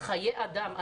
חיי אדם.